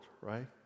right